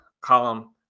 column